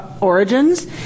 origins